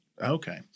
Okay